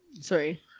Sorry